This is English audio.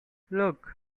look